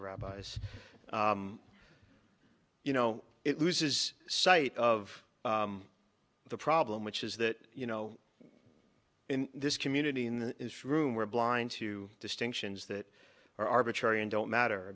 rabbis you know it loses sight of the problem which is that you know in this community in the newsroom we're blind to distinctions that are arbitrary and don't matter